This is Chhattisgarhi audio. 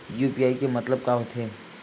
यू.पी.आई के मतलब का होथे?